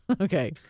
Okay